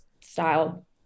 style